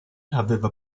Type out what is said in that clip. aveva